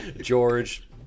George